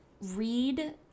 Read